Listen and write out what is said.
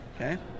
Okay